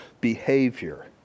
behavior